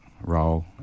role